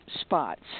Spots